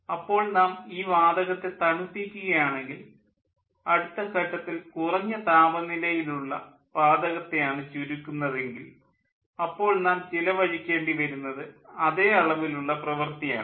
അപ്പോൾ നാം ഈ വാതകത്തെ തണുപ്പിക്കുക ആണെങ്കിൽ അടുത്ത ഘട്ടത്തിൽ കുറഞ്ഞ താപനിലയിലുള്ള വാതകത്തെയാണ് ചുരുക്കുന്നതെങ്കിൽ അപ്പോൾ നാം ചിലവഴിക്കേണ്ടി വരുന്നത് അതേ അളവിലുള്ള പ്രവൃത്തി ആണ്